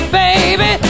baby